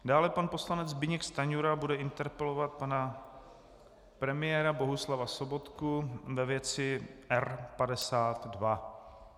Dále pan poslanec Zbyněk Stanjura bude interpelovat pana premiéra Bohuslava Sobotku ve věci R52.